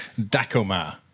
Dakoma